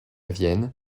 vienne